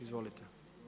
Izvolite.